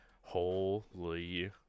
Holy